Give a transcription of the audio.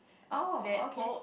oh okay